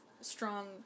strong